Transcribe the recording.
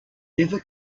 never